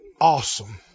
awesome